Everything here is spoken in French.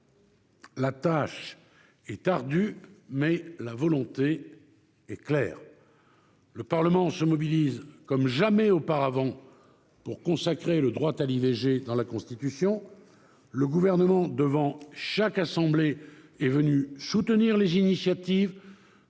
la tâche est ardue, mais la volonté est claire. Le Parlement se mobilise comme jamais auparavant pour consacrer le droit à l'IVG dans la Constitution. Le Gouvernement est venu, devant chaque assemblée, soutenir les initiatives,